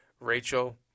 Rachel –